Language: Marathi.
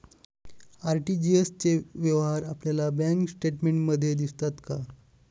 आर.टी.जी.एस चे व्यवहार आपल्या बँक स्टेटमेंटमध्ये दिसतात का?